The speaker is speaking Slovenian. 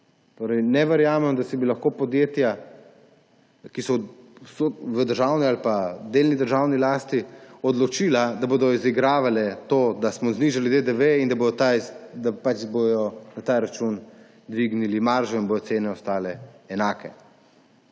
Torej ne verjamem, da bi se lahko podjetja, ki so v državni ali delni državni lasti, odločila, da bodo izigravala to, da smo znižali DDV, in bodo na ta račun dvignili maržo in bodo cene ostale enake.